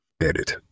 Edit